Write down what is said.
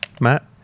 Matt